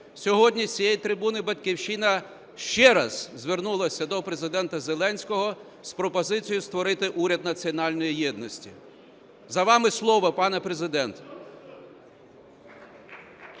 Сьогодні з цієї трибуни "Батьківщина" ще раз звернулася до Президента Зеленського з пропозицією створити уряд національної єдності. За вами слово, пане Президенте.